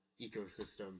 ecosystem